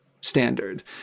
standard